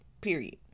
period